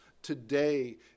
Today